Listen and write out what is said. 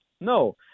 No